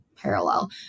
parallel